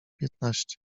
piętnaście